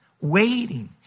waiting